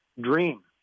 Dream